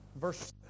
Verse